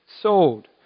sold